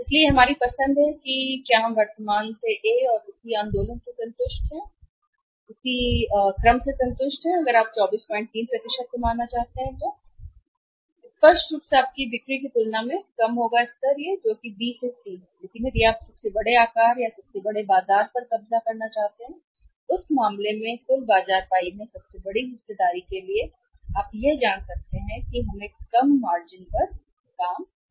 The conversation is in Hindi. इसलिए यह हमारी पसंद है कि क्या हम वर्तमान से ए और उसी आंदोलन से संतुष्ट हैं अगर आप 243 कमाना चाहते हैं तो 243 कमाना स्पष्ट रूप से आपकी बिक्री की तुलना में कम होगा स्तर जो कि बी से सी है लेकिन यदि आप सबसे बड़े आकार या सबसे बड़े बाजार पर कब्जा करना चाहते हैं उस मामले में कुल बाजार पाई में सबसे बड़ी हिस्सेदारी के लिए बाजार आप यह जान सकते हैं कि हां हम मार्जिन पर कम करेंगे